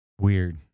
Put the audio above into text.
Weird